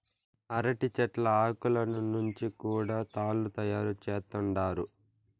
అరటి చెట్ల ఆకులను నుంచి కూడా తాళ్ళు తయారు చేత్తండారు